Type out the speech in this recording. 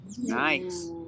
Nice